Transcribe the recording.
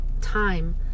time